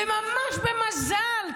וממש במזל,